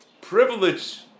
privilege